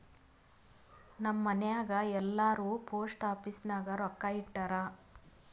ನಮ್ ಮನ್ಯಾಗ್ ಎಲ್ಲಾರೂ ಪೋಸ್ಟ್ ಆಫೀಸ್ ನಾಗ್ ರೊಕ್ಕಾ ಇಟ್ಟಾರ್